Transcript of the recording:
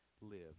live